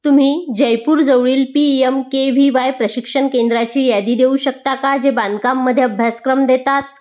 तुम्ही जयपूर जवळील P M K V Y प्रशिक्षण केंद्राची यादी देऊ शकता का जे बांधकाममध्ये अभ्यासक्रम देतात